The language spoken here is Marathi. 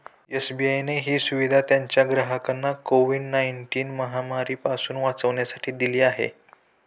एस.बी.आय ने ही सुविधा त्याच्या ग्राहकांना कोविड नाईनटिन महामारी पासून वाचण्यासाठी दिली आहे